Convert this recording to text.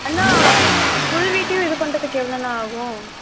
அண்ணா full வீட்டையும் இது பண்ணுறதுக்கு எவ்ளோ அண்ணா ஆகும்